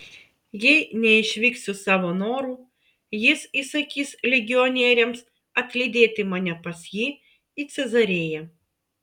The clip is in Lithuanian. jei neišvyksiu savo noru jis įsakys legionieriams atlydėti mane pas jį į cezarėją